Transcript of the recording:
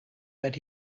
that